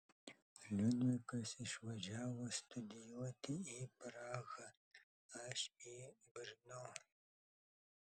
liudvikas išvažiavo studijuoti į prahą aš į brno